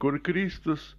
kur kristus